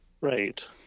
Right